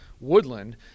woodland